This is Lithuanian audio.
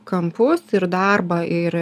kampus ir darbą ir